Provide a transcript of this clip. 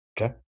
okay